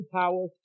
power